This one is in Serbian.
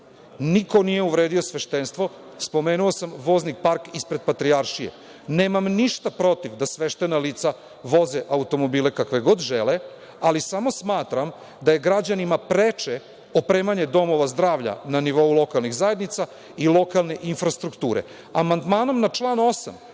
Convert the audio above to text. nije uvredio sveštenstvo. Spomenuo sam vozni park ispred Patrijaršije. Nemam ništa protiv da sveštena lica voze automobile kakve god žele, ali samo smatram da je građanima preče opremanje domova zdravlja na nivou lokalnih zajednica i lokalne infrastrukture. Amandmanom